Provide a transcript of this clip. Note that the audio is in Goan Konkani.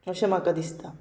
अशें म्हाका दिसता